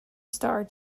star